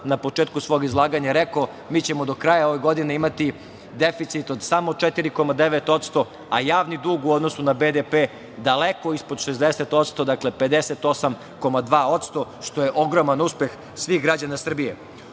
na početku svog izlaganja rekao, mi ćemo do kraja ove godine imati deficit od samo 4,9%, a javni dug u odnosu na BDP, daleko ispod 60%, dakle 58,2% što je ogroman uspeh svih građana Srbije. Ono